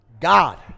god